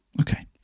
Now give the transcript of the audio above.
okay